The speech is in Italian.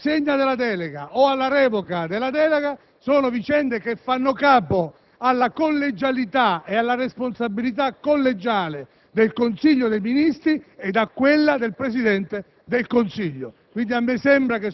alla riconsegna o alla revoca della delega fanno capo alla collegialità e alla responsabilità collegiale del Consiglio dei ministri e a quella del Presidente del Consiglio